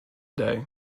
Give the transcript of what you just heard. day